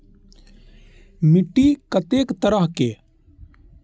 मिट्टी कतेक तरह के?